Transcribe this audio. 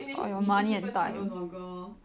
isn't this super travel blogger lor